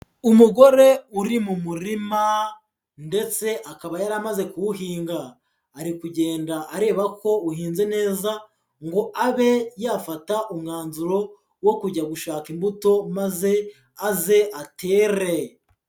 Umugore uri mu murima ndetse akaba yaramaze kuwuhinga, ari kugenda arebako uhinze neza, ngo abe yafata umwanzuro wo kujya gushaka imbuto maze aze atere.